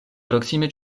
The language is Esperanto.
proksime